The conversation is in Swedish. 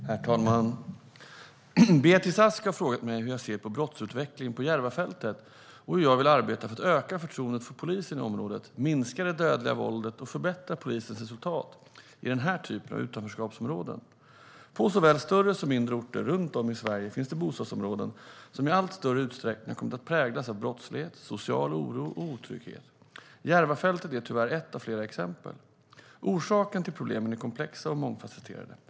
Svar på interpellationer Herr talman! Beatrice Ask har frågat mig hur jag ser på brottsutvecklingen på Järvafältet och hur jag vill arbeta för att öka förtroendet för polisen i området, minska det dödliga våldet och förbättra polisens resultat i den här typen av utanförskapsområden. På såväl större som mindre orter runt om i Sverige finns det bostadsområden som i allt större utsträckning har kommit att präglas av brottslighet, social oro och otrygghet. Järvafältet är tyvärr ett av flera exempel. Orsakerna till problemen är komplexa och mångfasetterade.